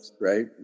right